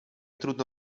trudno